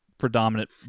predominant